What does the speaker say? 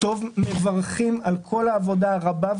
אנחנו מברכים על כל העבודה הרבה,